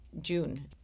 june